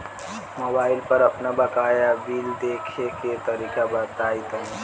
Mobile पर आपन बाकाया बिल देखे के तरीका बताईं तनि?